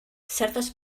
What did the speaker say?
certes